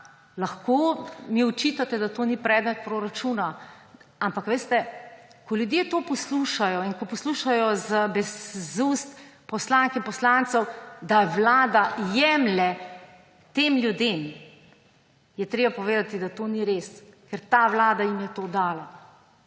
lahko mi očitate, da to ni predmet proračuna, ampak veste, ko ljudje to poslušajo in ko poslušajo iz ust poslank in poslancev, da vlada jemlje tem ljudem, je treba povedati, da to ni res, ker ta vlada jim je to dala.